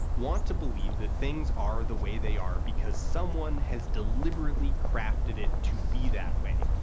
want to believe that things are the way they are because someone has deliberately crafted it to be that way,